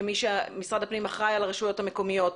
משרד הפנים אחראי על הרשויות המקומיות,